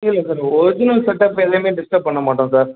இல்லைல்ல sir original setup எதையுமே disturb பண்ண மாட்டோம் சார்